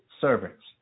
servants